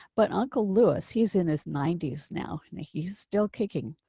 but uncle lewis. he's in his ninety s now and he's still kicking